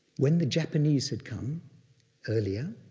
when the japanese had come earlier,